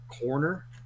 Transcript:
corner